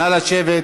נא לשבת.